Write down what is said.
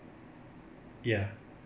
ya